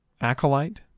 Acolyte